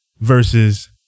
versus